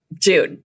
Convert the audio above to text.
dude